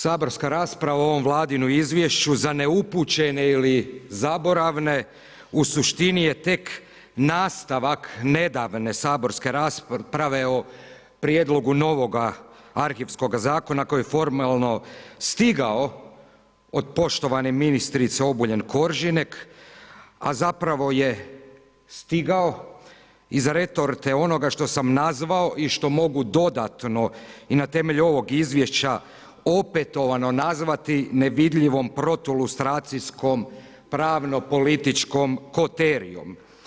Saborska rasprava u ovom Vladinom izvješću za neupućene ili zaboravne, u suštini je tek nastavak nedavne saborske rasprave o prijedlogu novoga arhivskog zakona, koji je formalno stigao od poštovane ministrice Obuljen Koržinek, a zapravo je stigao … onoga što sam nazvao i što mogu dodatno i na temelju ovog izvješća opetovano nazvati nevidljivom protulustracijskom pravnom političkom koterijom.